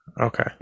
Okay